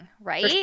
right